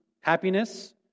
happiness